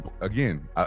Again